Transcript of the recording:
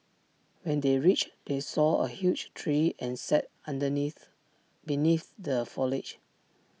when they reached they saw A huge tree and sat underneath beneath the foliage